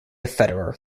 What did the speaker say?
federer